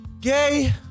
Gay